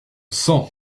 sang